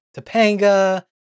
Topanga